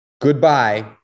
goodbye